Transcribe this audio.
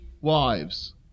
wives